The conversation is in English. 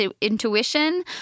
intuition